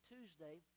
Tuesday